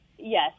Yes